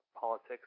politics